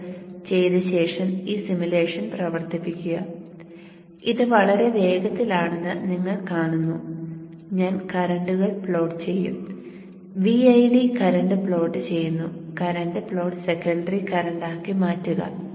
cir ചെയ്ത ശേഷം ഈ സിമുലേഷൻ പ്രവർത്തിപ്പിക്കുക ഇത് വളരെ വേഗത്തിലാണെന്ന് നിങ്ങൾ കാണുന്നു ഞാൻ കറന്റുകൾ പ്ലോട്ട് ചെയ്യും Vid കറന്റ് പ്ലോട്ട് ചെയ്യുന്നു കറന്റ് പ്ലോട്ട് സെക്കൻഡറി കറന്റ് ആക്കി മാറ്റുക